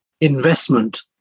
investment